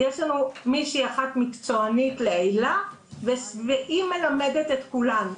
יש לנו מישהי אחת מקצוענית לעילא והיא מלמדת את כולן,